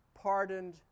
pardoned